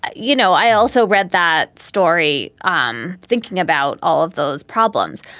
ah you know, i also read that story. i'm thinking about all of those problems.